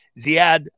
ziad